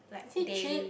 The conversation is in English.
is it cheap